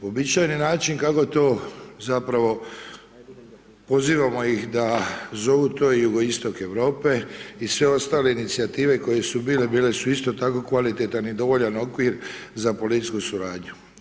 Uobičajeni način kako to zapravo, pozivamo ih da zovu to jugoistok Europe i sve ostale inicijative koje su bile, bile su isto tako kvalitetan i dovoljan okvir za policijsku suradnju.